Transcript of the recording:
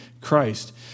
Christ